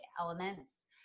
elements